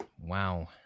wow